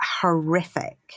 horrific